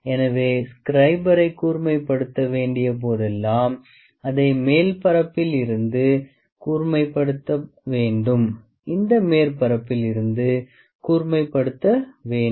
எனவே ஸ்க்ரைபரை கூர்மைப்படுத்த வேண்டிய போதெல்லாம் அதை மேல் மேற்பரப்பில் இருந்து கூர்மைப்படுத்த வேண்டும் இந்த மேற்பரப்பில் இருந்து கூர்மைப்படுத்த வேண்டும்